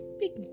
big